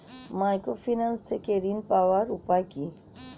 Microfinance থেকে ঋণ পাওয়ার উপায় কি?